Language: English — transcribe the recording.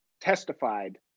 testified